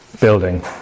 building